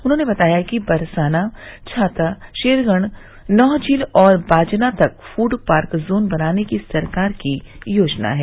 उन्होंने बताया कि बसराना छाता शेरगढ़ नौहझील और बाजना तक फूड पार्क जोन बनाने की सरकार की योजना है